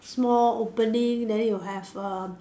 small opening then you have err